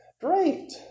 great